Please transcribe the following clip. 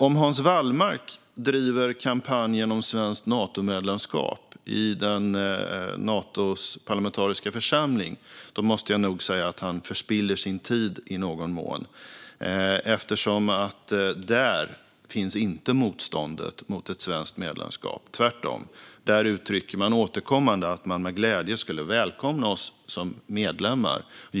Om Hans Wallmark driver kampanjen om svenskt Natomedlemskap i Natos parlamentariska församling måste jag nog säga att han förspiller sin tid i någon mån eftersom det inte är där som motståndet mot ett svenskt medlemskap finns. Tvärtom - där uttrycker man återkommande att man med glädje skulle välkomna oss som medlemmar.